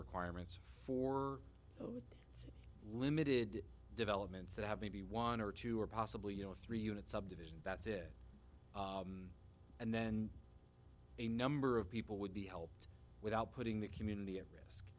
requirements for limited developments that have maybe one or two or possibly you know three units subdivision that's it and then a number of people would be helped without putting the community at risk